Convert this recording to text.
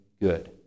good